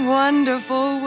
wonderful